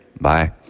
Bye